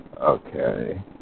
Okay